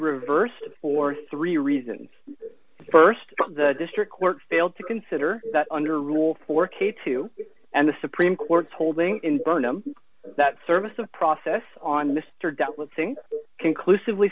reversed for three reasons st the district court failed to consider that under rule four k two and the supreme court's holding in burnham that service of process on mr dealt with things conclusively